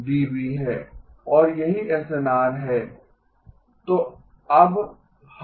और यही एसएनआर है